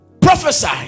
prophesy